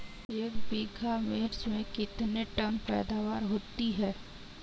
एक बीघा मिर्च में कितने टन पैदावार होती है?